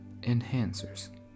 enhancers